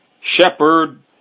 shepherd